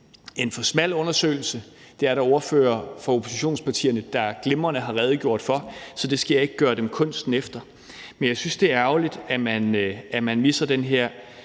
en for smal undersøgelse. Det er der ordførere fra oppositionspartierne, der glimrende har redegjort for, så der skal jeg ikke gøre dem kunsten efter. Men jeg synes, det er ærgerligt, at man misser den her